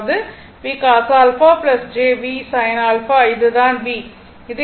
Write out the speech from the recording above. அதாவது V Cos α j V sin α இது தான் V